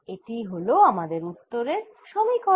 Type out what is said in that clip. এটিই হল আমাদের উত্তরের সমীকরণ